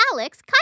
Alex